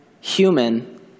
human